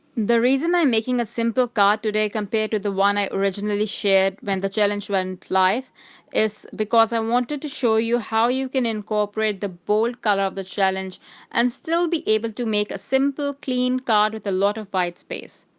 the reason i'm making a simple card today compared to the one i originally shared when the challenge went life is because i wanted to show you how you can incorporate the bold color of the challenge and still be able to make a simple clean card with a lot of white space.